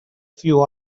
few